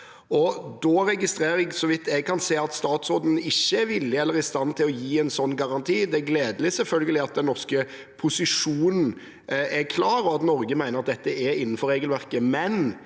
jeg kan se, at statsråden ikke er villig til eller i stand til å gi en sånn garanti. Det er selvfølgelig gledelig at den norske posisjonen er klar, og at Norge mener dette er innenfor regelverket.